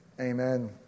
Amen